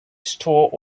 store